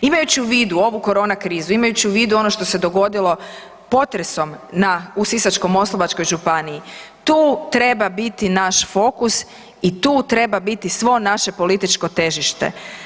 Imajući u vidu ovu korona krizu, imajući u vidu ono što se dogodilo potresom u Sisačko-moslavačkoj županiji tu treba biti naš fokus i tu treba biti svo naše političko težište.